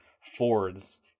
Fords